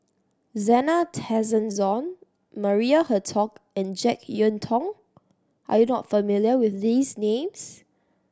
Zena Tessensohn Maria Hertogh and Jek Yeun Thong are you not familiar with these names